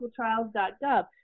clinicaltrials.gov